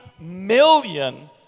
million